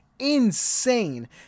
insane